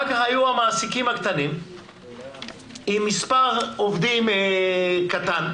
אחר כך היו המעסיקים הקטנים עם מספר עובדים קטן,